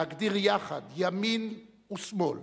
להגדיר יחד, ימין ושמאל,